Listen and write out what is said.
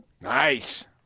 Nice